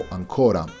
ancora